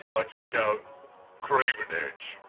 i take out craven edge,